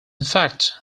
fact